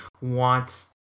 wants